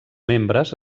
membres